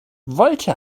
wollte